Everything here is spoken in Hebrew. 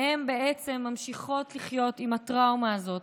והן בעצם ממשיכות לחיות עם הטראומה הזאת.